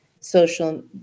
social